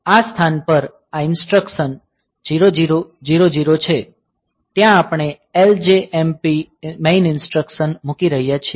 આ સ્થાન પર આ ઇન્સ્ટ્રક્સન 0000 છે ત્યાં આપણે LJMP મેઇન ઇન્સ્ટ્રક્સન મૂકી રહ્યા છીએ